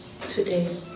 today